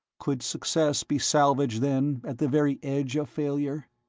could success be salvaged, then, at the very edge of failure?